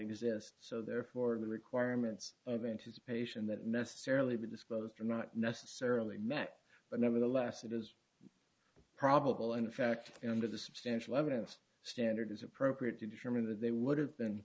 exist so therefore the requirements of anticipation that necessarily be disclosed are not necessarily met but nevertheless it is probable in fact into the substantial evidence standard as appropriate to determine that they would have been